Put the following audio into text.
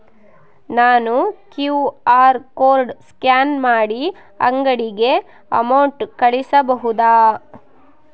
ನಾನು QR code scan ಮಾಡಿ ಅಂಗಡಿಗೆ ಅಮೌಂಟ್ ಕಳಿಸಬಹುದಾ?